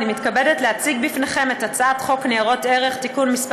אני מתכבדת להציג בפניכם את הצעת חוק ניירות ערך (תיקון מס'